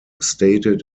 stated